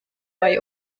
bei